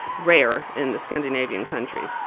rare in the scandinavian countries.